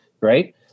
right